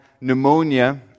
pneumonia